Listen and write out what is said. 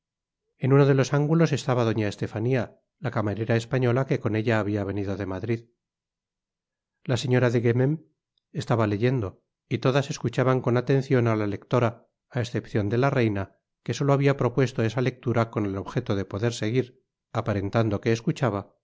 en uno de los ángulos estaba doña estefania la camarera española que con ella habia venido de madrid la señora de guemene estaba leyendo y todas escuchaban con atencion á la lectora á escepcion de la reina que solo habia propuesto esa lectura con el objeto de poder seguir aparentando que escuchaba